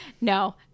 no